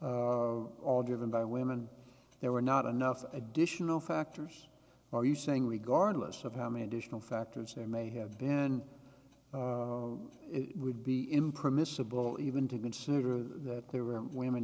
of all driven by women there were not enough additional factors are you saying regardless of how many additional factors there may have been it would be impermissible even to consider that there were women